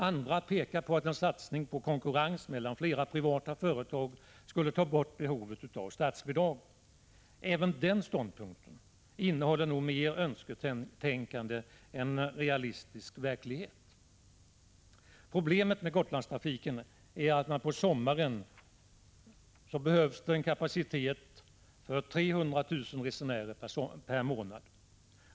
Andra pekar på att en satsning på konkurrens mellan flera privata företag skulle ta bort behovet av statsbidrag. Även den ståndpunkten är nog mer ett uttryck för önsketänkande än för realistisk verklighet. Problemet med Gotlandstrafiken är att det på sommaren behövs en kapacitet för 300 000 resenärer per månad.